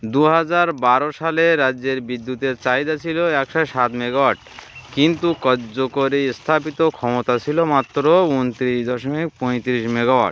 দু হাজার বারো সালে রাজ্যের বিদ্যুতের চাহিদা ছিলো একশো সাত মেগা কিন্তু কার্যকরী স্থাপিত ক্ষমতা ছিলো মাত্র উনতিরিশ দশমিক পঁয়তিরিশ মেগট